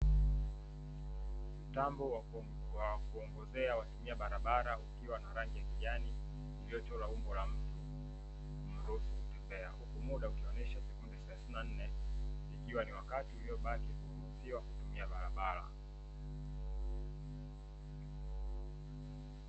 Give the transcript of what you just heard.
Mtambo wa kuongozea watumia barabara, ukiwa na rangi ya kijani uliochorwa umbo la mtu kuruhusu kutembea huku muda ukionyesha sekunde thelasini na nne ikiwa ni wakati uliobaki kuruhusiwa kutumia barabara.